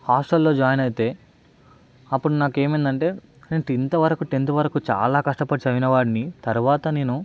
హాస్టల్లో జాయిన్ అయితే అప్పుడు నాకు ఏమైందంటే నేను టెంత్ వరకు టెంత్ వరకు చాలా కష్టపడి చదివిన వాన్ని తరువాత నేను